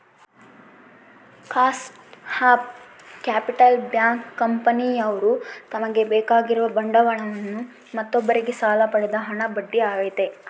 cost of capital bank, ಕಂಪನಿಯವ್ರು ತಮಗೆ ಬೇಕಾಗಿರುವ ಬಂಡವಾಳವನ್ನು ಮತ್ತೊಬ್ಬರಿಂದ ಸಾಲ ಪಡೆದ ಹಣ ಬಡ್ಡಿ ಆಗೈತೆ